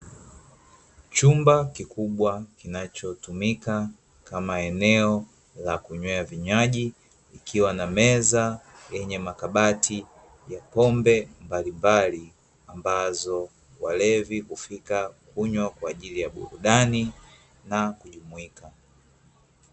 Chumba kikubwa, kinachotumika kama eneo la kunywea vinywaji, ikiwa na meza yenye makabati ya pombe mbalimbali, ambapo walevi hufika kunywa kwa ajili ya burudani na kujumuika.